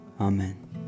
Amen